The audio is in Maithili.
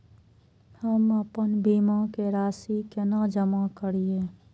हम आपन बीमा के राशि केना जमा करिए?